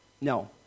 No